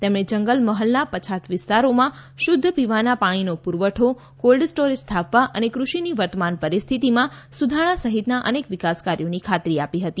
તેમણે જંગલમહલના પછાત વિસ્તારોમાં શુદ્ધ પીવાના પાણીનો પુરવઠો કોલ્ડ સ્ટોરેજ સ્થાપવા અને કૃષિની વર્તમાન પરિસ્થિતીમાં સુધારણા સહિતના અનેક વિકાસ કાર્યોની ખાતરી આપી હતી